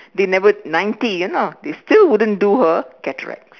they never ninety you know they still wouldn't do her cataract